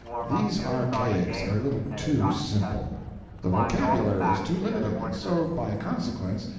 these archaics are a little too simple the vocabulary is too limited, and so, by consequence,